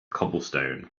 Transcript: cobblestone